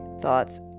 thoughts